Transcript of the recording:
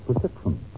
protection